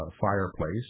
fireplace